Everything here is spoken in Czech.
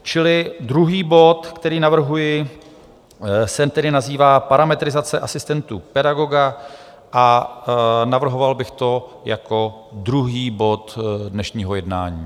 Čili druhý bod, který navrhuji, se tedy nazývá Parametrizace asistentů pedagoga a navrhoval bych to jako druhý bod dnešního jednání.